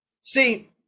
See